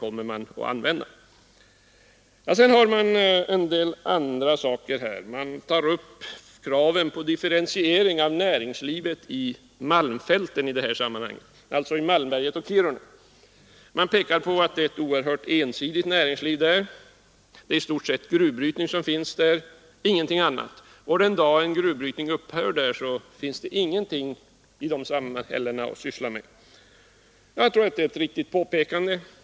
Sedan tar motionärerna upp en del andra saker, bl.a. kraven på differentiering av näringslivet i malmfälten — alltså i Malmberget och Kiruna. Motionärerna pekar på att näringslivet där är oerhört ensidigt och i stort sett består av gruvbrytning. Den dag gruvbrytningen upphör finns ingenting att syssla med i de samhällena. Det är ett viktigt påpekande.